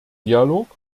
dialog